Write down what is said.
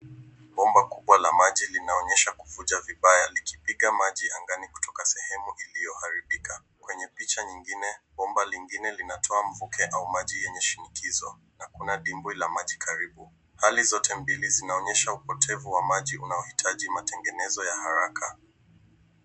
Bomba kubwa la maji linaonyeshwa kuvuja vibaya likipiga maji angani kutoka sehemu iliyoharibika. Kwenye picha nyingine, bomba lingine linatoa mvuke au maji yenye shinikizo na kuna dimbwi la maji karibu. Hali zote mbili zinaonyesha upotevu wa maji unaohitaji matengenezo ya haraka.